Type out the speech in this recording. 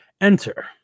enter